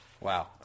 Wow